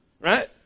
Right